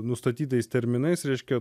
nustatytais terminais reiškia